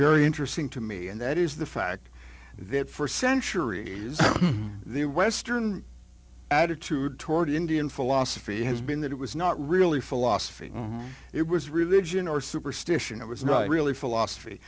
very interesting to me and that is the fact that for centuries the western attitude toward indian philosophy has been that it was not really philosophy it was religion or superstition it was not really philosophy